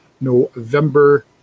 November